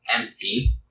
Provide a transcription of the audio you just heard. empty